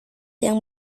yang